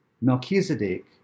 Melchizedek